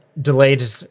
delayed